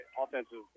offensive